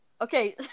Okay